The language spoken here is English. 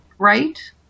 right